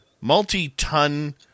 multi-ton